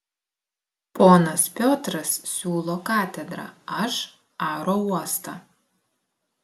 ponas piotras siūlo katedrą aš aerouostą